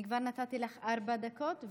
אני כבר נתתי לך ארבע דקות,